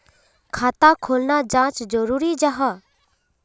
खाता खोलना चाँ जरुरी जाहा?